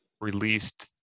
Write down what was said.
released